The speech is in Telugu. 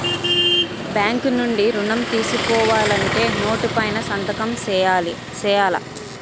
బ్యాంకు నుండి ఋణం తీసుకోవాలంటే నోటు పైన సంతకం సేయాల